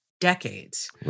decades